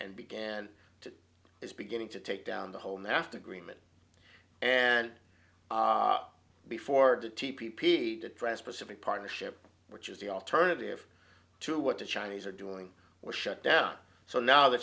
and began to it's beginning to take down the whole nafta agreement and before the t p d transpacific partnership which is the alternative to what the chinese are doing was shut down so now the